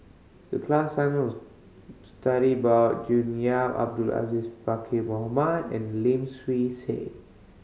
the class assignment was study about June Yap Abdul Aziz Pakkeer Mohamed and Lim Swee Say